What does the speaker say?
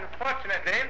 unfortunately